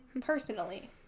personally